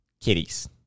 kitties